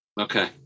Okay